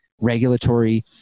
regulatory